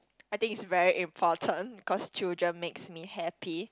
I think is very important cause children makes me happy